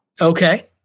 Okay